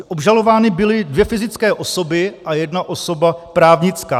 Obžalovány byly dvě fyzické osoby a jedna osoba právnická.